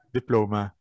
Diploma